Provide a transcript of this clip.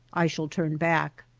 i shall turn back.